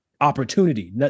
opportunity